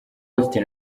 austin